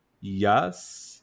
Yes